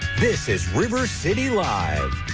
this is river city live